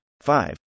five